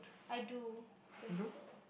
I do think so